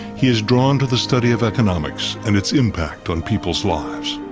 he is drawn to the study of economics and its impact on people's lives.